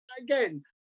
Again